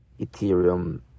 Ethereum